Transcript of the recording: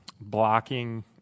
blocking